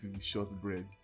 shortbread